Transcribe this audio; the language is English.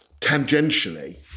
tangentially